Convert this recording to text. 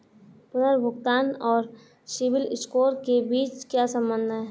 पुनर्भुगतान और सिबिल स्कोर के बीच क्या संबंध है?